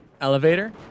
elevator